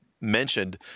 mentioned